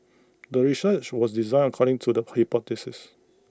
the research was designed according to the hypothesis